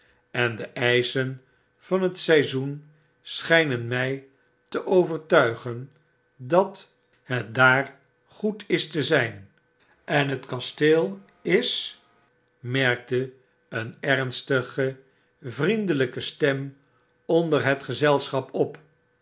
en de eischen van het seizoen schijnen my te overtuigen dat het daar goed is te zyn en het kasteel is merkte een ernstige vriendelyke stem onder het gezelschap op